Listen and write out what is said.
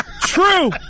True